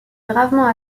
gravement